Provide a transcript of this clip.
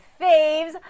faves